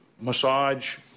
massage